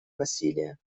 насилия